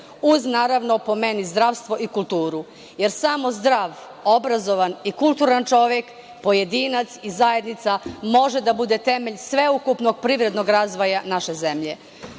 uz naravno, po meni, zdravstvo i kulturu, jer samo zdrav, obrazovan i kulturan čovek, pojedinac i zajednica može da bude temelj sveukupnog privrednog razvoja naše zemlje. Da